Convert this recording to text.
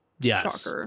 yes